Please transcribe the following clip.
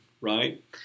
right